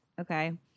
Okay